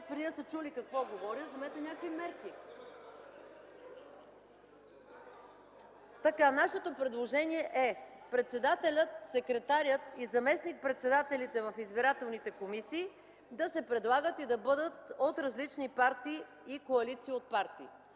преди да са чули какво говоря, вземете някакви мерки. Нашето предложение е: председателят, секретарят и заместник-председателите в избирателните комисии да се предлагат и да бъдат от различни партии и коалиции от партии.